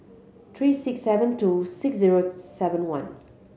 three six seven two six zero seven one